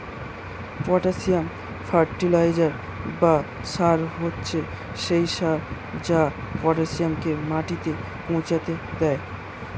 potassium fertiliser বা সার হচ্ছে সেই সার যা পটাসিয়ামকে মাটিতে পৌঁছাতে দেয়